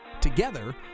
Together